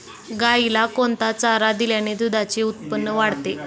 गाईला कोणता चारा दिल्याने दुधाचे उत्पन्न वाढते?